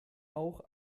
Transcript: auch